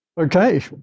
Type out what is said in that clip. Okay